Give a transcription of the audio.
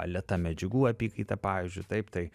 lėta medžiagų apykaita pavyzdžiui taip tai